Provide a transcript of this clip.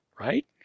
right